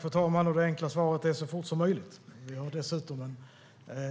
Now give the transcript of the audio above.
Fru talman! Det enkla svaret är: så fort som möjligt. Vi har dessutom